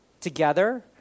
together